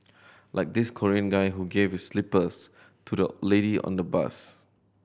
like this Korean guy who gave his slippers to the lady on the bus